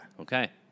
Okay